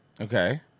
Okay